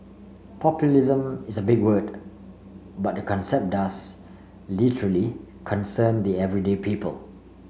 populism is a big word but the concept does literally concern the everyday people